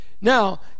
Now